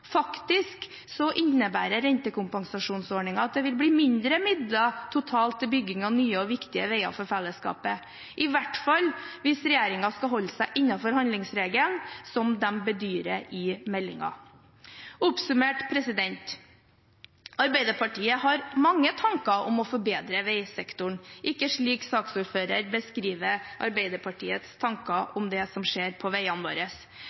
innebærer rentekompensasjonsordningen at det vil bli mindre midler totalt til bygging av nye og viktige veier for fellesskapet, iallfall hvis regjeringen skal holde seg innenfor handlingsregelen, som de bedyrer i meldingen. Oppsummert: Arbeiderpartiet har mange tanker om å forbedre veisektoren, men ikke slik saksordføreren beskriver Arbeiderpartiets tanker om det som skjer på veiene våre.